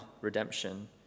redemption